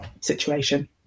situation